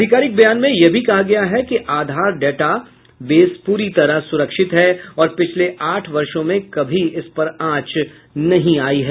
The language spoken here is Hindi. अधिकारिक बयान में यह भी कहा गया है कि आधार डेटा बेस पूरी तरह सुरक्षित है और पिछले आठ वर्षों में कभी इस पर आंच नहीं आयी है